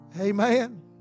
Amen